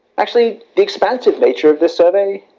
actually, the expansive nature of this survey,